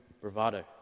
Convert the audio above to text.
bravado